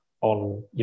on